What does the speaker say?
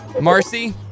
Marcy